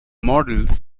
models